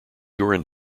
urine